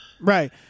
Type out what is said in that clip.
Right